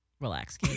Relax